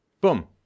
Boom